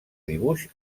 dibuix